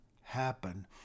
happen